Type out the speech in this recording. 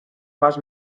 más